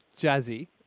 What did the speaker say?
Jazzy